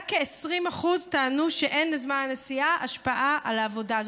רק כ-20% טענו שאין לזמן הנסיעה השפעה על העבודה.